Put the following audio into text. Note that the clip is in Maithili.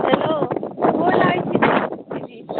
हेल्लो गोर लागैत छी हम छी